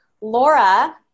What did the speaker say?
Laura